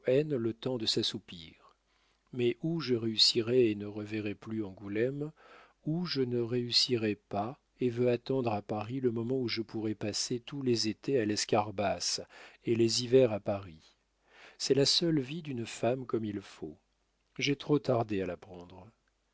le temps de s'assoupir mais ou je réussirai et ne reverrai plus angoulême ou je ne réussirai pas et veux attendre à paris le moment où je pourrai passer tous les étés à l'escarbas et les hivers à paris c'est la seule vie d'une femme comme il faut j'ai trop tardé à la prendre